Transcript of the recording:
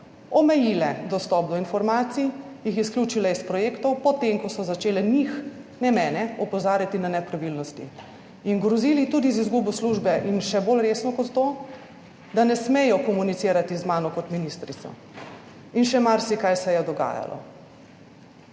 omejile dostop do informacij, jih izključile iz projektov po tem, ko so začele njih, ne mene, opozarjati na nepravilnosti in grozili tudi z izgubo službe. In še bolj resno kot to, da ne smejo komunicirati z mano kot ministrico in še marsikaj se je dogajalo.